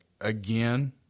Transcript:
again